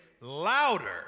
louder